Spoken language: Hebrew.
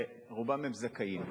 הרי רובם הם זכאים,